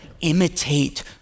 Imitate